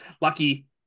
lucky